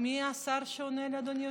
מי השר שעונה לי, אדוני היושב-ראש?